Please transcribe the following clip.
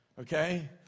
Okay